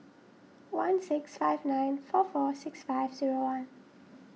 one six five nine four four six five zero one